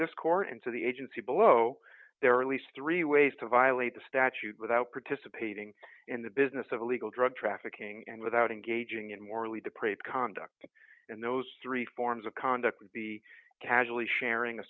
this court and for the agency below there are at least three ways to violate the statute without participating in the business of illegal drug trafficking and without engaging in morally depraved conduct in those three forms of conduct the casually sharing a